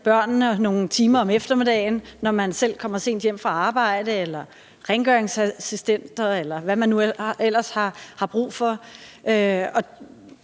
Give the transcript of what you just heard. børnene nogle timer om eftermiddagen, når man selv kommer sent hjem fra arbejde, eller rengøringsassistenter, eller hvad man nu ellers har brug for.